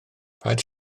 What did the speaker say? paid